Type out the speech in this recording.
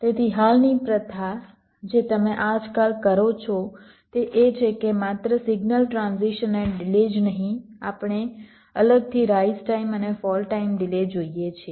તેથી હાલની પ્રથા જે તમે આજકાલ કરો છો તે એ છે કે માત્ર સિગ્નલ ટ્રાન્ઝિશન અને ડિલે જ નહીં આપણે અલગથી રાઈઝ ટાઈમ અને ફોલ ટાઈમ ડિલે જોઈએ છીએ